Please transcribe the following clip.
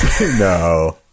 No